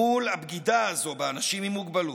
מול הבגידה הזו באנשים עם מוגבלות,